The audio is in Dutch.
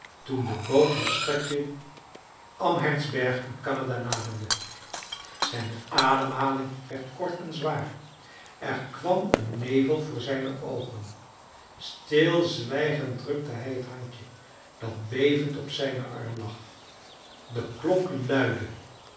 toen de boot het stadje amhertsberg in canada naderde zijne ademhaling werd kort en zwaar er kwam een nevel voor zijne oogen stilzwijgend drukte hij het handje dat bevend op zijnen arm lag de klok